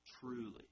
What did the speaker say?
truly